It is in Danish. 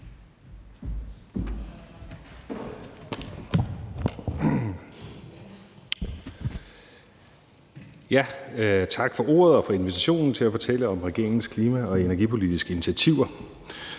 Tak for ordet og for invitationen til at fortælle om regeringens klima- og energipolitiske initiativer.